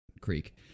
Creek